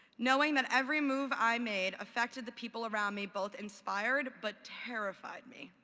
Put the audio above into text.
knowing that every move i made affected the people around me both inspired but terrified me.